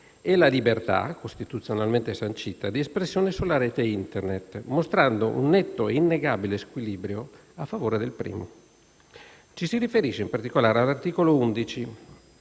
e la libertà, costituzionalmente sancita, di espressione sulla rete Internet, mostrando un netto e innegabile squilibrio a favore del primo. Ci si riferisce, in particolare, all'articolo 11